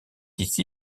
ici